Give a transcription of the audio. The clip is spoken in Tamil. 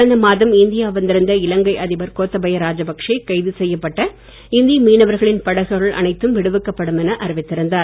கடந்த மாதம் இந்தியா வந்திருந்த இலங்கை அதிபர் கோத்தபயா ராஜபக்சே கைது செய்யப்பட்ட இந்திய மீனவர்களின் படகுகள் அனைத்தும் விடுவிக்கப்படும் என அறிவித்திருந்தார்